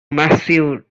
massive